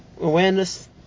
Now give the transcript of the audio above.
awareness